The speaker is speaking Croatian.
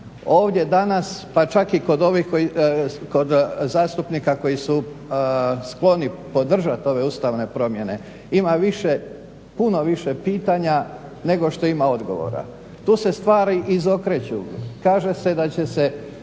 ovdje danas, pa čak i kod zastupnika koji su skloni podržati ove ustavne promjene ima više, puno više pitanja nego što ima odgovora. Tu se stvari izokreću. Kaže se da će se